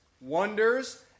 wonders